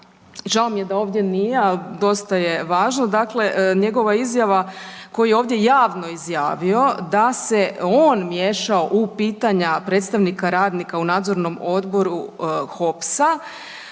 Žao mi je da ovdje nije, a dosta je važno, dakle njegova izjava koju je ovdje javno izjavio da se on miješao u pitanja predstavnika radnika u nadzornom odboru HOPS-a,